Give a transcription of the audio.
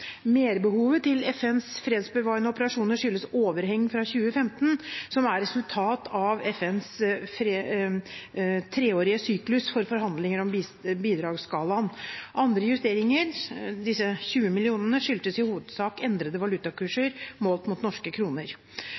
Merbehovet til FNs fredsbevarende operasjoner skyldes overheng fra 2015, som er et resultat av FNs treårige syklus for forhandlinger om bidragsskalaen. Når det gjelder andre justeringer, de 20 mill. kr, skyldes det i hovedsak endrede valutakurser målt mot norske kroner.